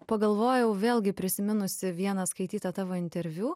pagalvojau vėlgi prisiminusi vieną skaitytą tavo interviu